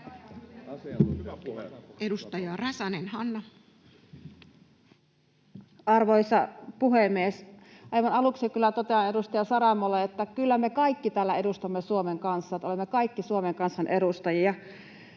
16:03 Content: Arvoisa puhemies! Aivan aluksi kyllä totean edustaja Saramolle, että kyllä me kaikki täällä edustamme Suomen kansaa, että olemme kaikki Suomen kansan edustajia.